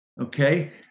Okay